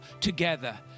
together